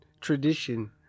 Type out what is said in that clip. tradition